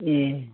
ए